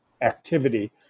activity